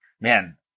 man